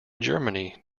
germany